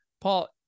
Paul